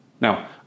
Now